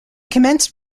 commenced